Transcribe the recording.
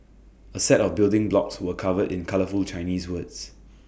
A set of building blocks were covered in colourful Chinese words